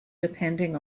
depending